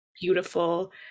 beautiful